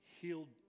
healed